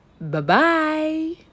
Bye-bye